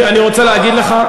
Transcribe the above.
אני, אני רוצה להגיד לך,